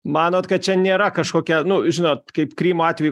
manot kad čia nėra kažkokia nu žinot kaip krymo atveju